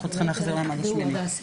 אנחנו צריכים להחזיר להם עד ה-8 במאי.